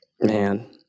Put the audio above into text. man